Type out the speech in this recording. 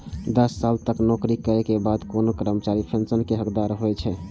दस साल तक नौकरी करै के बाद कोनो कर्मचारी पेंशन के हकदार होइ छै